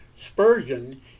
Spurgeon